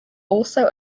also